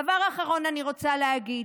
הדבר האחרון אני רוצה להגיד: